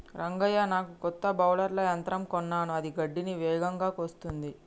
రంగయ్య నాకు కొత్త బౌలర్ల యంత్రం కొన్నాను అది గడ్డిని వేగంగా కోస్తుంది